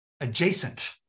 adjacent